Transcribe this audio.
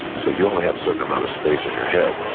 so you only have certain amount of space in your head,